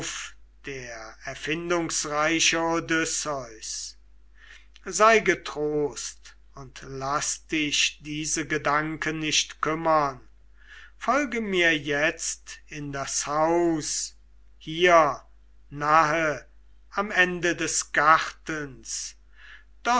der erfindungsreiche odysseus sei getrost und laß dich diese gedanken nicht kümmern folge mir jetzt in das haus hier nahe am ende des gartens